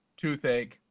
toothache